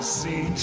see